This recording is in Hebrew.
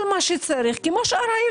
כל מה שצריך, הם צריכים לקבל כמו שאר הילדים.